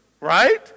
right